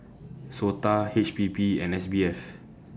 Sota H P B and S B F